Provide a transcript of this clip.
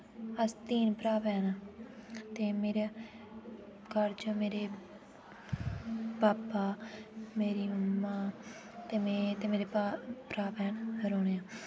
अस तिन्न भ्रा भैन आं ते मेरे घर च मेरे पापा मेरी मम्मा ते मैं ते मेरे भ्रा भैन रौह्ने न